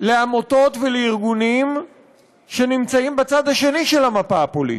לעמותות ולארגונים שנמצאים בצד השני של המפה הפוליטית.